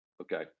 Okay